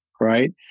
right